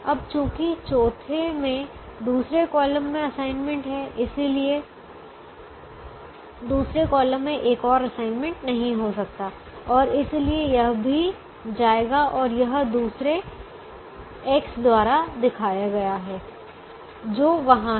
अब चूंकि चौथे में दूसरे कॉलम में असाइनमेंट है इसलिए दूसरे कॉलम में एक और असाइनमेंट नहीं हो सकता है और इसलिए यह भी जाएगा और यह दूसरे X द्वारा दिखाया गया है जो वहां है